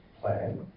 plan